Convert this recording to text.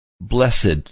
Blessed